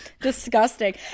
disgusting